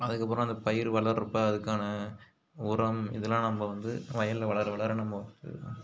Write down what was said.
அதுக்கப்புறம் அந்த பயிர் வளர்கிறப்ப அதுக்கான உரம் இதெல்லாம் நம்ம வந்து வயலில் வளர வளர நம்ம வந்து நம்ம